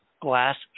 glass